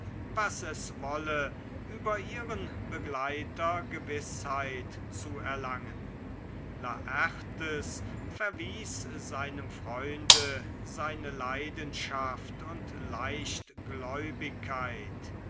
was es wolle über ihren begleiter gewißheit zu erlangen laertes dagegen verwies seinem freunde seine leidenschaft und